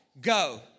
Go